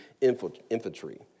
infantry